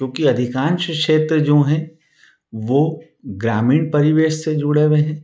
क्योंकि अधिकांश क्षेत्र जो हैं वो ग्रामीण परिवेश से जुड़े हुए हैं